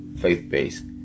faith-based